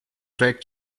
wrecked